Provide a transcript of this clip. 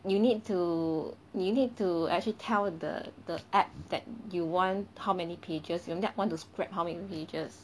you need to you need to actually tell the the application that you want how many pages you want to scrap how many pages